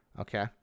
Okay